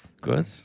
Good